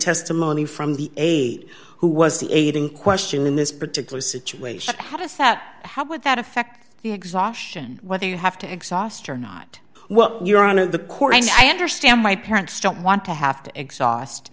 testimony from the aide who was the aide in question in this particular situation how does that how would that affect the exhaustion whether you have to exhaust or not what you're on of the court and i understand my parents don't want to have to exhaust